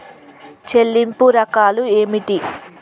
చెల్లింపు రకాలు ఏమిటి?